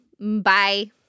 Bye